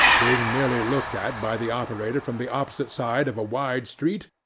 being merely looked at by the operator from the opposite side of a wide street,